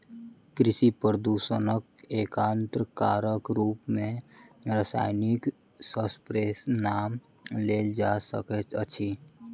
कृषि प्रदूषणक एकटा कारकक रूप मे रासायनिक स्प्रेक नाम लेल जा सकैत अछि